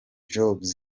jobs